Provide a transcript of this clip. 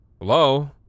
Hello